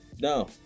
No